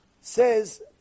says